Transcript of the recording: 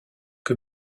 que